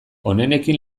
onenekin